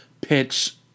pitch